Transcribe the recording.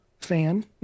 fan